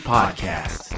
Podcast